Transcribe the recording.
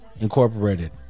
Incorporated